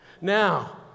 now